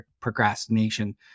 procrastination